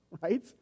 right